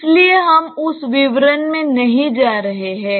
इसलिए हम उस विवरण में नहीं जा रहे हैं